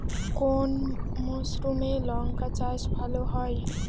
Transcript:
কোন মরশুমে লঙ্কা চাষ ভালো হয়?